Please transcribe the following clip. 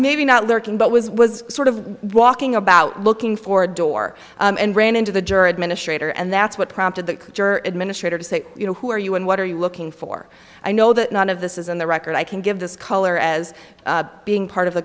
maybe not lurking but was was sort of walking about looking for a door and ran into the jury administrator and that's what prompted that juror administrators say you know who are you and what are you looking for i know that none of this is in the record i can give this color as being part of the